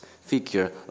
figure